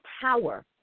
power